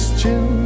chill